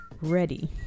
ready